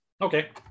Okay